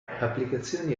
applicazioni